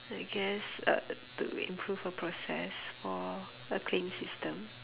I guess uh doing proof of process for a clean system